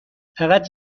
فقط